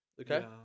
okay